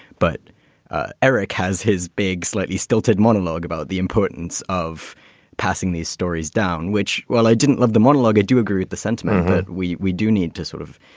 but eric has his big, slightly stilted monologue about the importance of passing these stories down, which, well, i didn't love the monologue. i do agree with the sentiment that we we do need to sort of